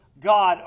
God